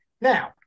Now